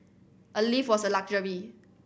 a lift was a luxury